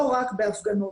לא רק בהפגנות.